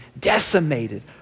decimated